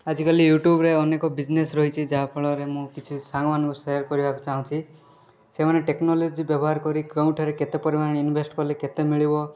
ଆଜିକାଲି ୟୁଟ୍ୟୁବ୍ରେ ଅନେକ ବିଜନେସ୍ ରହିଛି ଯାହାଫଳରେ ମୁଁ କିଛି ସାଙ୍ଗମାନଙ୍କୁ ସେୟାର୍ କରିବାକୁ ଚାହୁଁଛି ସେମାନେ ଟେକ୍ନୋଲୋଜି ବ୍ୟବହାର କରି କେଉଁଠାରେ କେତେ ପରିମାଣରେ ଇନଭେସ୍ଟ୍ କଲେ କେତେ ମିଳିବ